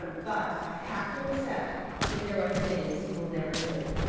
ah but i have to accept that there are things he will never do.